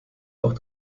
auch